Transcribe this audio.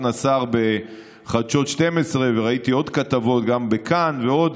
נסאר בחדשות 12 וראיתי עוד כתבות גם ב"כאן" ועוד,